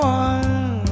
one